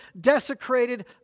desecrated